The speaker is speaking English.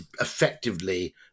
effectively